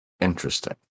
interesting